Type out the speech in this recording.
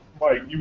Mike